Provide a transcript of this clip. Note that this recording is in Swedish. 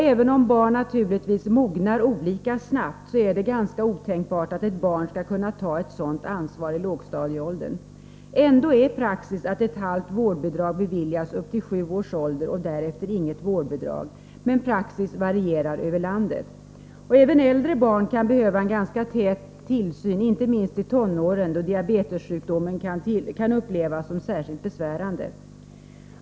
Även om barn mognar olika snabbt är det väl otänkbart att ett barn i lågstadieåldern skall kunna ta ett sådant ansvar. Ändå är det praxis att ett halvt vårdbidrag beviljas upp till sju års ålder. Därefter får man inget vårdbidrag. Praxis varierar dock i olika delar av landet. Även äldre barn kan behöva en ganska tät tillsyn — inte minst i tonåren, då diabetessjukdomen kan upplevas som särskilt besvärande.